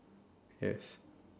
yes